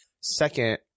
second